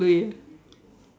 bo lui